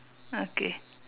okay